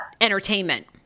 entertainment